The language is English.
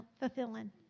fulfilling